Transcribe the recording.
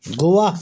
Goa